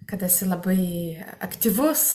kad esi labai aktyvus